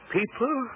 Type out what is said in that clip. People